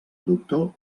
doctor